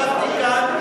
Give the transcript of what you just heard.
ישבתי כאן,